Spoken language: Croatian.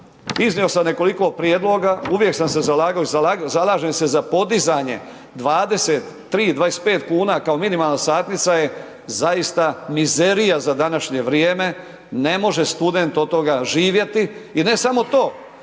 iznio sam nekoliko prijedloga, uvijek sam se zalagao i zalažem se za podizanje, 23, 25 kuna kao minimalna satnica je zaista mizerija za današnje vrijeme, ne može student od toga živjeti. I ne samo to,